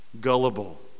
gullible